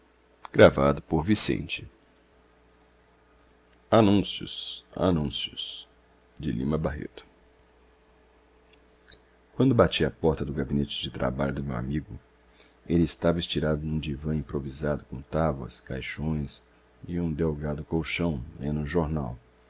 e ao núncios anúncios anúncios quando bati à porta do gabinete de trabalho do meu amigo ele estava estirado num divã improvisado com tábuas caixões e um delgado colchão lendo um jornal